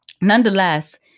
nonetheless